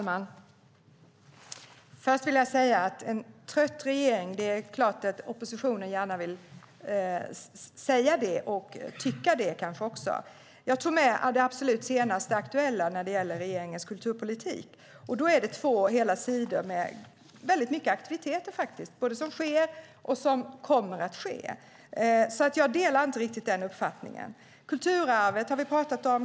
Herr talman! Det är klart att oppositionen gärna vill säga, och kanske också tycka, att det är en trött regering. Jag tog med det absolut senaste, aktuella, när det gäller regeringens kulturpolitik. Det är två hela sidor med mycket aktiviteter, både sådana som sker och sådana som kommer att ske. Så jag delar inte riktigt den uppfattningen. Kulturarvet har vi kanske pratat om.